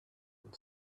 and